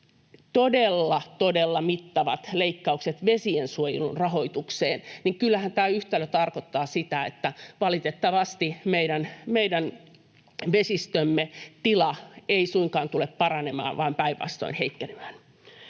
todella mittavat leikkaukset vesiensuojelun rahoitukseen, niin kyllähän tämä yhtälö tarkoittaa sitä, että valitettavasti meidän vesistömme tila ei suinkaan tule paranemaan vaan päinvastoin heikkenemään.